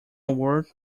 word